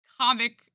comic